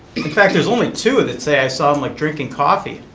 in fact, there's only two that say i saw him like drinking coffee,